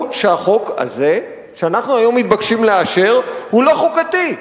שהחוק הזה שאנחנו היום מתבקשים לאשר הוא לא חוקתי.